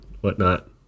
whatnot